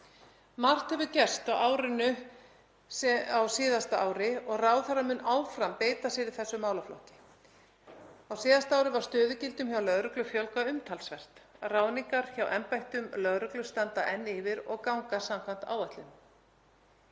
Margt hefur gerst á síðasta ári og ráðherra mun áfram beita sér í þessum málaflokki. Á síðasta ári var stöðugildum hjá lögreglu fjölgað umtalsvert. Ráðningar hjá embættum lögreglu standa enn yfir og ganga samkvæmt áætlun.